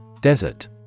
Desert